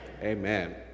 Amen